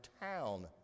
town